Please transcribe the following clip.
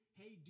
hey